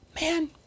man